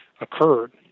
occurred